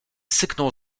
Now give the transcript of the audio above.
syknął